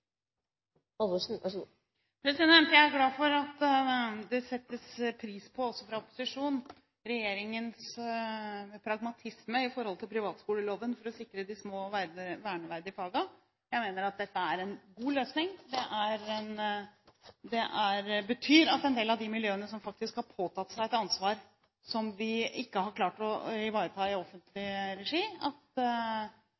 glad for at det også fra opposisjonen settes pris på regjeringens pragmatisme i forhold til privatskoleloven for å sikre de små, verneverdige fagene. Jeg mener dette er en god løsning. Det betyr at vi for en del av de miljøene som faktisk har påtatt seg et ansvar som vi ikke har klart å ivareta i offentlig